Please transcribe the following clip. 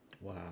Wow